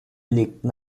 legten